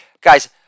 guys